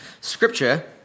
Scripture